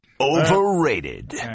overrated